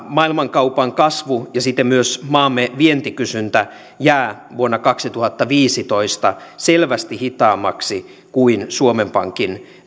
maailmankaupan kasvu ja siten myös maamme vientikysyntä jää vuonna kaksituhattaviisitoista selvästi hitaammaksi kuin suomen pankin